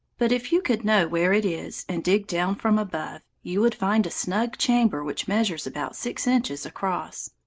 but if you could know where it is and dig down from above, you would find a snug chamber which measures about six inches across.